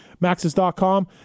Maxis.com